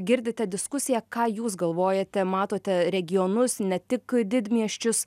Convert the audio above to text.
girdite diskusiją ką jūs galvojate matote regionus ne tik didmiesčius